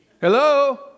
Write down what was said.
Hello